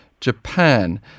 Japan